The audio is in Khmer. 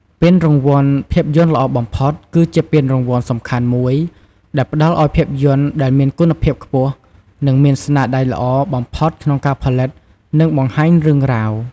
ពានរង្វាន់ភាពយន្តល្អបំផុត គឺជាពានរង្វាន់សំខាន់មួយដែលផ្តល់ឲ្យភាពយន្តដែលមានគុណភាពខ្ពស់ និងមានស្នាដៃល្អបំផុតក្នុងការផលិត និងបង្ហាញរឿងរ៉ាវ។